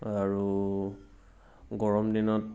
আৰু গৰম দিনত